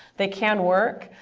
they can work.